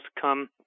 come